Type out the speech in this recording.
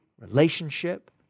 relationship